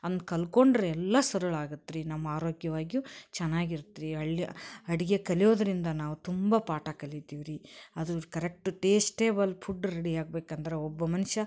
ಅಂದು ಕಲ್ತ್ಕೊಂಡ್ರೆ ಎಲ್ಲ ಸರಳಾಗತ್ತೆ ರಿ ನಮ್ಮ ಆರೋಗ್ಯವಾಗಿಯೂ ಚೆನ್ನಾಗಿರ್ತ್ರಿ ಅಳ್ಯ ಅಡುಗೆ ಕಲಿಯೋದರಿಂದ ನಾವು ತುಂಬ ಪಾಠ ಕಲಿತೀವಿ ರೀ ಅದು ಕರೆಕ್ಟ್ ಟೇಸ್ಟೇಬಲ್ ಫುಡ್ ರೆಡಿಯಾಗ್ಬೇಕಂದರೆ ಒಬ್ಬ ಮನುಷ್ಯ